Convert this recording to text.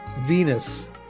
Venus